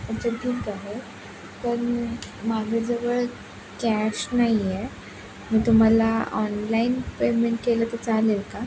अच्छा ठीक आहे पण माझ्याजवळ कॅश नाही आहे मी तुम्हाला ऑनलाईन पेमेंट केलं तर चालेल का